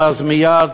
אז מייד,